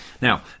Now